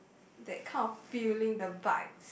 that kind of feeling the vibes